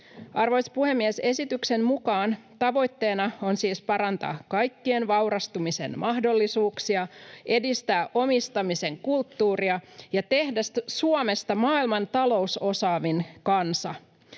Arvoisa puhemies! Esityksen mukaan tavoitteena on siis parantaa kaikkien vaurastumisen mahdollisuuksia, edistää omistamisen kulttuuria ja tehdä Suomesta maailman talousosaavin kansa.